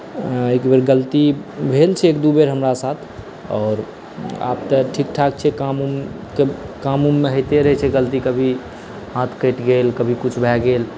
एक बेर गलती भेल छै एक दुइ बेर हमरा साथ आओर आब तऽ ठीकठाक छी काम उमके काम उममे होइते रहै छै गलती कभी हाथ कटि गेल कभी किछु भऽ गेल